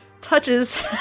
touches